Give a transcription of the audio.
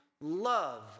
love